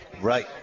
Right